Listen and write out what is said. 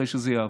אחרי שזה יעבור.